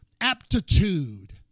aptitude